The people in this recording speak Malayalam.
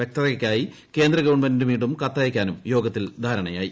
വ്യക്തതയ്ക്കായി കേന്ദ്ര ഗവൺമെന്റിന് വീണ്ടും കത്തയക്കാനും യോഗത്തിൽ ധാരണയായി